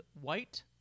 white